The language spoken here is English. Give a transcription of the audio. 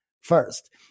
first